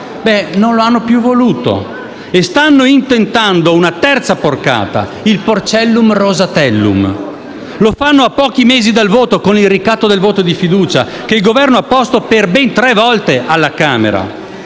non lo hanno più voluto e stanno intentando una terza porcata: il Porcellum-Rosatellum. Lo fanno a pochi mesi dal voto, con il ricatto del voto di fiducia che il Governo ha posto per ben tre volte alla Camera.